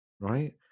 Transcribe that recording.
right